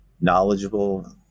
knowledgeable